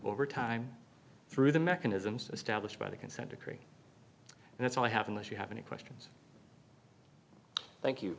over time through the mechanisms established by the consent decree and that's all i have unless you have any questions thank you